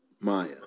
Maya